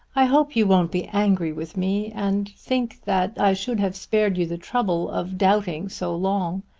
i hope you won't be angry with me and think that i should have spared you the trouble of doubting so long.